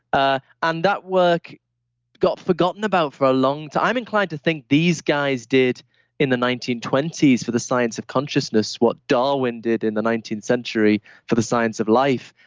ah and that work got forgotten about for a long time. i'm inclined to think these guys did in the nineteen twenty s for the science of consciousness, what darwin did in the nineteenth century for the science of life.